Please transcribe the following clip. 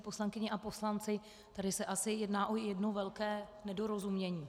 Poslankyně a poslanci, tady se asi jedná o jedno velké nedorozumění.